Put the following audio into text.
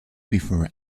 before